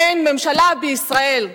אין ממשלה בישראל.